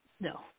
no